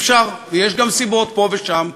אפשר, ויש גם סיבות פה ושם,